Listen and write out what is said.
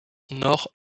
nord